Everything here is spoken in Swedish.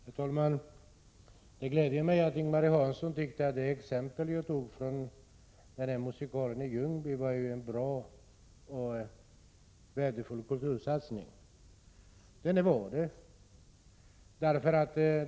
Herr talman! Det gläder mig att Ing-Marie Hansson tyckte att det exempel jag nämnde, nämligen musikalen i Ljungby, var en bra och värdefull kultursatsning. Den var värdefull.